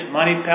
money